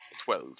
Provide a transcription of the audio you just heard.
Twelve